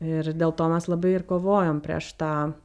ir dėl to mes labai ir kovojom prieš tą